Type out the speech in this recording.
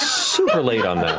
super late on that.